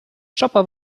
chopper